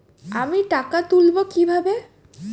আমি টাকা তুলবো কি ভাবে?